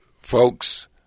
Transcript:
Folks